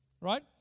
right